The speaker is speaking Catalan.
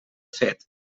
fet